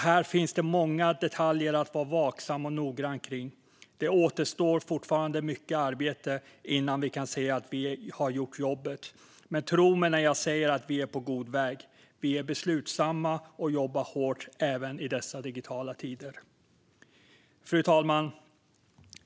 Här finns många detaljer att vara vaksamma och noggranna kring. Det återstår fortfarande mycket arbete innan vi kan säga att vi har gjort jobbet. Men tro mig när jag säger att vi är på god väg. Vi är beslutsamma och jobbar hårt även i dessa digitala tider. Fru talman!